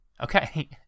Okay